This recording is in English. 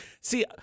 see